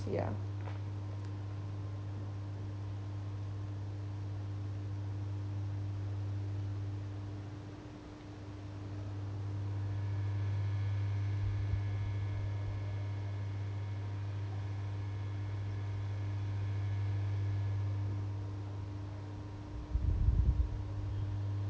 ya